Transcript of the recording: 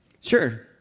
Sure